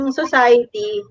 society